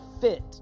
Fit